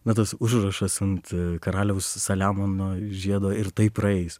na tas užrašas ant karaliaus saliamono žiedo ir tai praeis